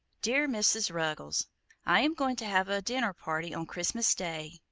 dear mrs. ruggles i am going to have a dinner-party on christmas day,